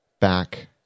back